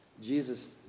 Jesus